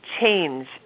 change